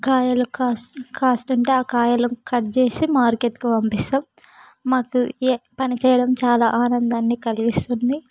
కాయలు కాస్త కాస్తూ ఉంటే ఆ కాయలను కట్ చేసి మార్కెట్కు పంపిస్తాము మాకు ఈ పని చెయ్యడం చాలా ఆనందాన్ని కలిగిస్తుంది